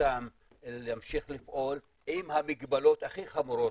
שזכותם להמשיך לפעול עם המגבלות הכי חמורות,